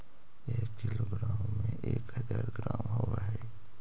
एक किलोग्राम में एक हज़ार ग्राम होव हई